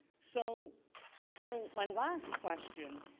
so so my last question,